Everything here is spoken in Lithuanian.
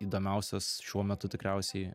įdomiausias šiuo metu tikriausiai